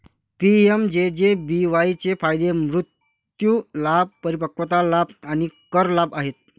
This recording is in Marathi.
पी.एम.जे.जे.बी.वाई चे फायदे मृत्यू लाभ, परिपक्वता लाभ आणि कर लाभ आहेत